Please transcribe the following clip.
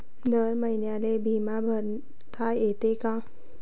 दर महिन्याले बिमा भरता येते का?